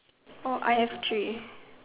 I have three